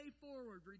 forward